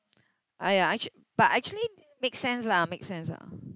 !aiya! actu~ but actually make sense lah make sense ah